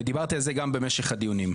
ודיברתי על זה גם במשך הדיונים,